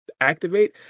activate